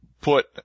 put